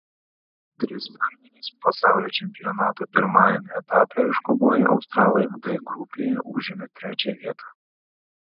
tris pergales pasaulio čempionato pirmajame etape iškovoję australai d grupėje užėmė trečią vietą